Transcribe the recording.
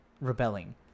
rebelling